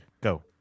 go